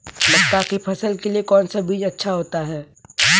मक्का की फसल के लिए कौन सा बीज अच्छा होता है?